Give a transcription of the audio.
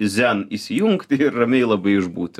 zen įsijungt ir ramiai labai išbūti